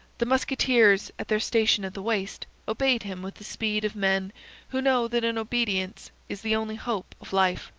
the musketeers, at their station at the waist, obeyed him with the speed of men who know that in obedience is the only hope of life.